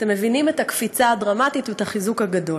אתם מבינים את הקפיצה הדרמטית ואת החיזוק הגדול.